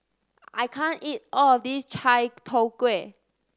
I can't eat all of this Chai Tow Kuay